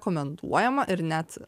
komentuojama ir net